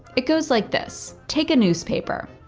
it goes like this. take a newspaper.